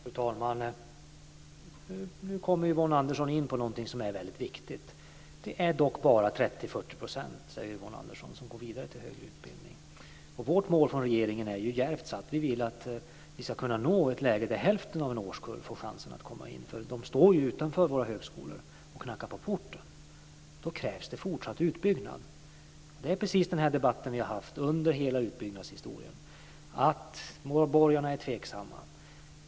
Fru talman! Nu kommer Yvonne Andersson in på någonting som är väldigt viktigt. Hon säger att det dock bara är 30-40 % som går vidare till högre utbildning. Vårt mål från regeringens sida är djärvt satt. Vi vill att vi ska kunna nå ett läge där hälften av en årskull får chansen att komma in. De står ju utanför våra högskolor och knackar på porten. Då krävs det en fortsatt utbyggnad. Det är precis den här debatten som vi har haft under hela utbyggnadshistorien; borgarna är tveksamma.